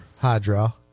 hydra